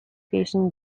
pieśń